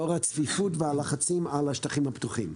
לאור הצפיפות והלחצים על השטחים הפתוחים.